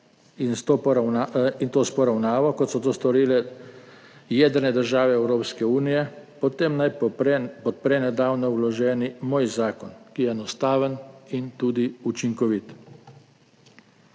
in to s poravnavo, kot so to storile jedrne države Evropske unije, potem naj podpre nedavno vloženi moj zakon, ki je enostaven in tudi učinkovit.